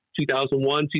2001